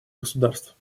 государств